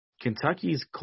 Kentucky's